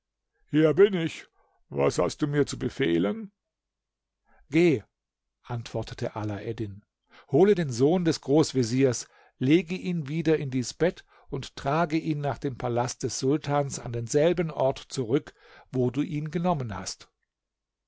hier bin ich was hast du mir zu befehlen geh antwortete alaeddin hole den sohn des großveziers lege ihn wieder in dies bett und trage ihn nach dem palast des sultans an denselben ort zurück wo du ihn genommen hast